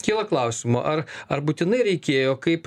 kyla klausimų ar ar būtinai reikėjo kaip